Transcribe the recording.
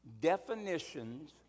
definitions